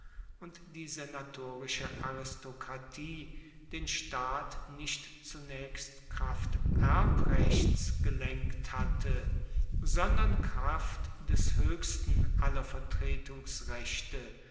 und die senatorische aristokratie den staat nicht zunaechst kraft erbrechts gelenkt hatte sondern kraft des hoechsten aller vertretungsrechte